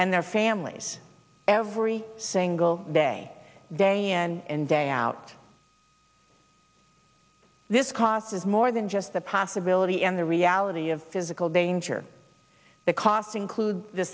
and their families every single day day in and day out this causes more than just the possibility and the reality of physical danger the cost includes the